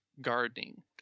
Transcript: gardening